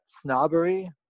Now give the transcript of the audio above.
Snobbery